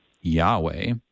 Yahweh